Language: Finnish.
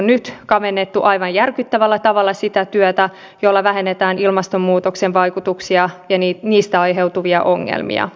hallitus luottaa edelleen jääräpäisesti pakkolakipakettiinsa vaikka sen toteutuminen ja myös sen vaikutukset ovat hyvin epävarmoja